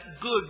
good